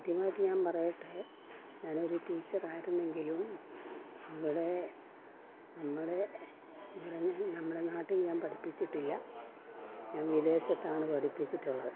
ആദ്യമായിട്ട് ഞാൻ പറയട്ടെ ഞാനൊരു ടീച്ചറായിരുന്നെങ്കിലും നമ്മുടെ നമ്മുടെ നമ്മുടെ നാട്ടിൽ ഞാൻ പഠിപ്പിച്ചിട്ടില്ല ഞാൻ വിദേശത്താണ് പഠിപ്പിച്ചിട്ടുള്ളത്